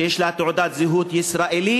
שיש לה תעודת זהות ישראלית,